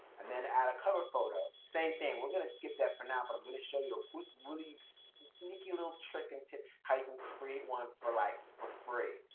and then, add a cover photo. same thing, we're going to skip that for now, but i'm going to show you a really sneaky little trick and tip how you can create one for like for free,